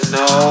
no